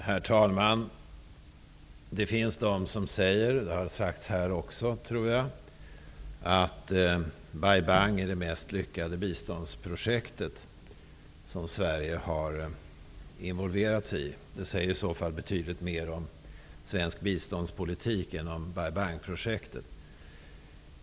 Herr talman! Det finns de som säger att Bai Bang är det mest lyckade biståndsprojekt som Sverige varit involverat i. Det har sagts här i kammaren också, tror jag. Det säger i så fall betydligt mer om svensk biståndspolitik än om Bai Bang-projektet.